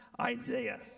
Isaiah